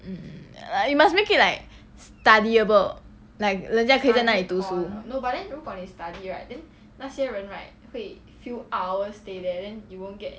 mm you must make it like study able like 人家可以在那里读书的